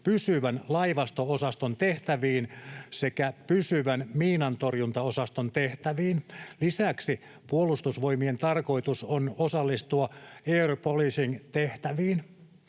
pysyvän laivasto-osaston tehtäviin sekä pysyvän miinantorjuntaosaston tehtäviin. Lisäksi Puolustusvoimien tarkoitus on osallistua air policing ‑tehtäviin.